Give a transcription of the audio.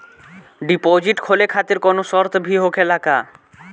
Deposit खोले खातिर कौनो शर्त भी होखेला का?